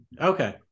Okay